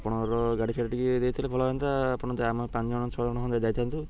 ଆପଣଙ୍କର ଗାଡ଼ିଫାଡ଼ି ଟିକେ ଦେଇଥିଲେ ଭଲ ହୁଅନ୍ତା ଆପଣ ଆମେ ପାଞ୍ଚ ଜଣ ଛଅ ଜଣ ଖଣ୍ଡ ଯାଇଥାଆନ୍ତୁ